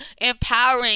empowering